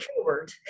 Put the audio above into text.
keyword